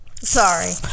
Sorry